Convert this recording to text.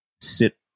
sit